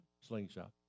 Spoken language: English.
slingshot